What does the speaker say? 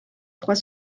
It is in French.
trois